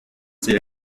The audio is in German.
sie